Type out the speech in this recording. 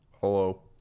Hello